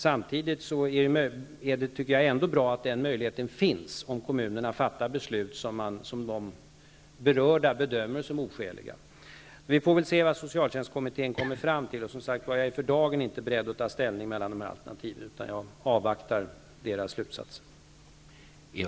Samtidigt tycker jag att det är bra att möjligheten finns, om kommunerna fattar beslut som de berörda bedömer som oskäliga. Vi får väl se vad socialtjänstkommittén kommer fram till. Jag är som sagt för dagen inte beredd att ta ställning till alternativen, utan jag avvaktar slutsatserna.